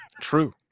true